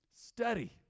Study